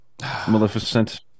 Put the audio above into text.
Maleficent